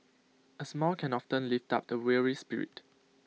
A smile can often lift up A weary spirit